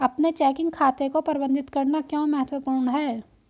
अपने चेकिंग खाते को प्रबंधित करना क्यों महत्वपूर्ण है?